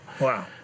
Wow